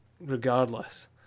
regardless